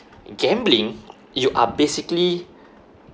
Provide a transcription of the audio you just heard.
gambling you are basically